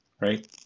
right